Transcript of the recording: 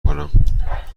کنم